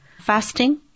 fasting